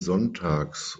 sonntags